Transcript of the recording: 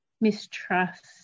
mistrust